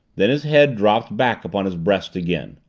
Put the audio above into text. then his head dropped back upon his breast again.